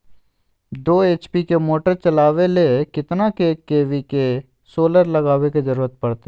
दो एच.पी के मोटर चलावे ले कितना के.वी के सोलर लगावे के जरूरत पड़ते?